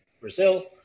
Brazil